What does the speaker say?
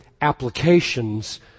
applications